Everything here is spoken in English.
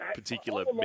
particular